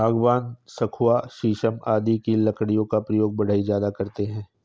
सागवान, सखुआ शीशम आदि की लकड़ियों का प्रयोग बढ़ई ज्यादा करते हैं